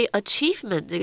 achievement